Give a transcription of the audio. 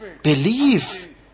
believe